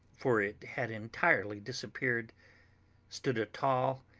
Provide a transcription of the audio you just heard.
for it had entirely disappeared stood a tall,